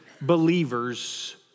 Believers